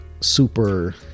super